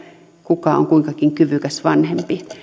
kuka on kuinkakin kyvykäs vanhempi